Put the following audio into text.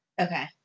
Okay